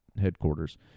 headquarters